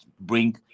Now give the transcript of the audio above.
bring